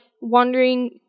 wondering